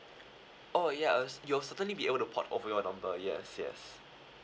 oh ya uh you're certainly be able to port over your number yes yes